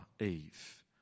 Eve